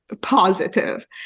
positive